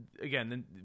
Again